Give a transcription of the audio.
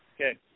Okay